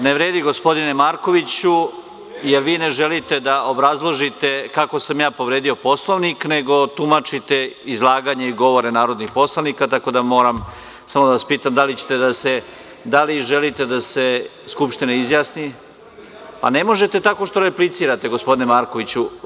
Ne vredi gospodine Markoviću, jer vi ne želite da obrazložite kako sam ja povredio Poslovnik, nego tumačite izlaganje i govore narodnih poslanika, tako da moram samo da vas pitam da li želite da se Skupština izjasni? (Jovan Marković, s mesta: Želim da završim rečenicu koju sam započeo.) Pa, ne možete tako što replicirate gospodine Markoviću.